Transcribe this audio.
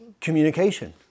communication